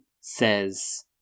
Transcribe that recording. says